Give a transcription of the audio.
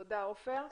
תודה על הבמה ,